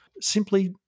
simply